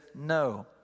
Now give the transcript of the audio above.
no